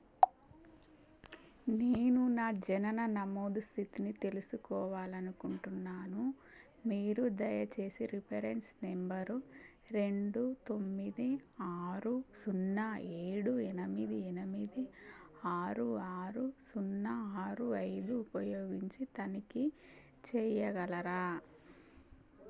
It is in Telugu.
నేను నా జనన నమోదు స్థితిని తెలుసుకోవాలనుకుంటున్నాను మీరు దయచేసి రిఫరెన్స్ నెంబరు రెండు తొమ్మిది ఆరు సున్నా ఏడు ఎనమిది ఎనమిది ఆరు ఆరు సున్నా ఆరు ఐదు ఉపయోగించి తనిఖీ చెయ్యగలరా